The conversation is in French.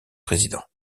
présidents